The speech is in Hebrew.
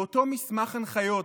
באותו מסמך הנחיות,